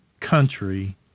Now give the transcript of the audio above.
country